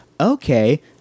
Okay